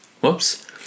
whoops